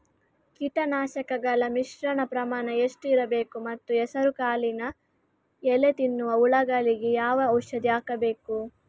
ಕೀಟನಾಶಕಗಳ ಮಿಶ್ರಣ ಪ್ರಮಾಣ ಎಷ್ಟು ಇರಬೇಕು ಮತ್ತು ಹೆಸರುಕಾಳಿನ ಎಲೆ ತಿನ್ನುವ ಹುಳಗಳಿಗೆ ಯಾವ ಔಷಧಿ ಹಾಕಬೇಕು?